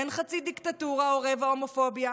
אין חצי דיקטטורה או רבע הומופוביה,